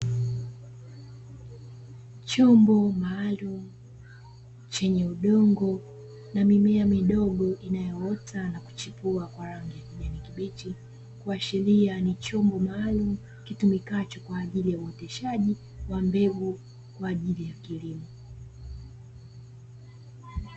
Chombo maalumu chenye udongo na mimea midogo inayoota na kuchipua kwa rangi ya kijani kibichi, kuashiria ni chombo maalumu kitumikacho kwa ajili ya uendeshaji wa mbegu kwa ajili ya kilimo.